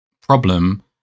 problem